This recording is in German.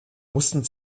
mussten